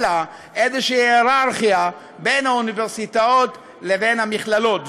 לה איזו הייררכיה בין האוניברסיטאות לבין המכללות.